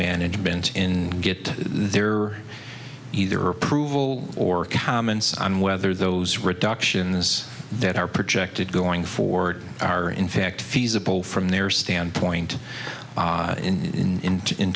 management in get there either approval or comments on whether those reductions that are projected going forward are in fact feasible from their standpoint in in